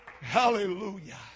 Hallelujah